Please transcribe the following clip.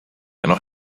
nos